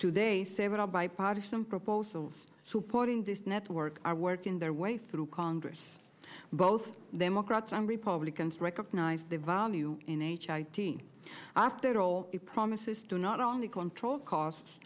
today several bipartisan proposals to porting this network are working their way through congress both democrats and republicans recognize the value in h i dean after all it promises to not only control costs